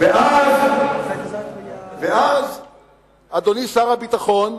ואז, אדוני שר הביטחון,